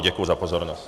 Děkuji za pozornost.